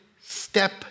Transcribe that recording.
step